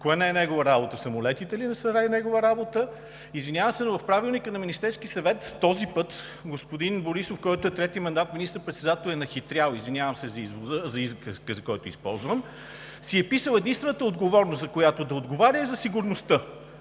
Кое не е негова работа? Самолетите ли не са негова работа?! Извинявам се, но в Правилника на Министерския съвет този път господин Борисов, който е трети мандат министър-председател, е нахитрял – извинявам се за израза, който използвам, единствената отговорност, за която си е писал да отговаря, е сигурността.